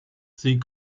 sie